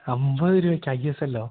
അമ്പത് രൂപയ്ക്ക് ഐ എസ് എല്ലോ